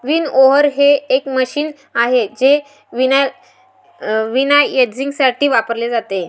winnower हे एक machine आहे जे विनॉयइंगसाठी वापरले जाते